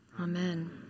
Amen